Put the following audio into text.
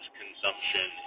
consumption